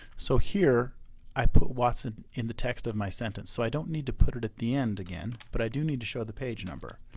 so here i put watson in the text of my sentence so i don't need to put it at the end again, but i do need to show the page number